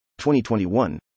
2021